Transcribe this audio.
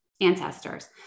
ancestors